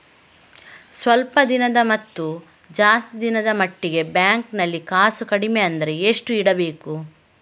ಸ್ವಲ್ಪ ದಿನದ ಮತ್ತು ಜಾಸ್ತಿ ದಿನದ ಮಟ್ಟಿಗೆ ಬ್ಯಾಂಕ್ ನಲ್ಲಿ ಕಾಸು ಕಡಿಮೆ ಅಂದ್ರೆ ಎಷ್ಟು ಇಡಬೇಕು?